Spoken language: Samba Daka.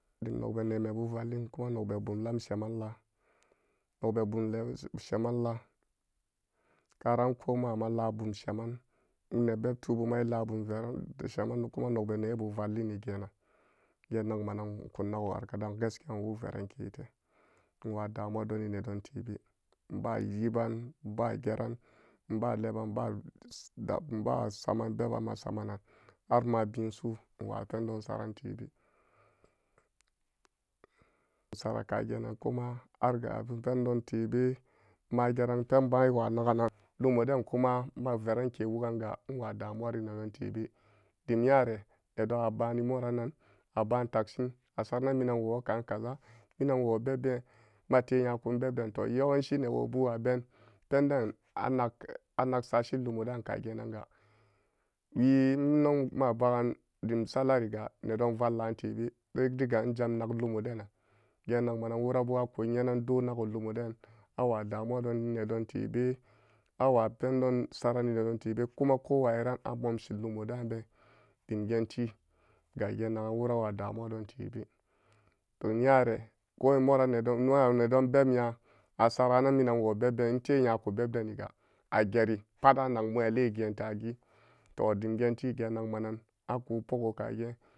Dim nogga ne me bu vallin ko nog be bum lam sheman laan nog be bum lam sheman laan karan komama laum memananni nebeb tubuma i laa bum sheman a kumarik be nebu valligeran genang ma nan nkunnago har ka daan gaskiya nwuk veran ke wariko nwa damuwa doni nedon tebe nba yiba nba geran naba leban nba dab saman beban ma samanan har maan bii su nwa pendon saran tebe saran kagena kuma har ga allah pendon teb mage an penbaan i wa naganan lummo den ku ma veran ke wuganga nwa damuwari nedon tebe dim nyari nedon a baani morannan a baan takshin a ba saranan minan woo kaan kaza minan wo beb been mate nyakun bebden to yewan yi newobuga ben penden anag anag sashi lummo den kaagenan ga wi nwoo nmabaan dimsalariga nedon vallaantebe diga njamnak lumo denan genagan wora bo a kunyenan doro lumo den awo damuwa rinedon tebe awa pendon sarani nedon febe ko wayiran a momshi lummo daan been dim geen tiga wora wadamuwa doon tebe dim weyan ga kori moranga nma nedon beb nyan a saranan minan woo beb been nte nyaku a saranan minan woo beb been nte nyaku a geri pat anagmunyel le geen kagi toh dim geen tiga annag mu nyaale geen kagi to dim geentiga ginag manun a kupogo kageen.